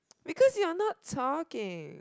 because you are not talking